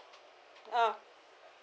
uh